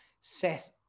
set